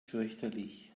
fürchterlich